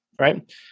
right